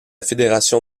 fédération